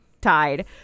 tied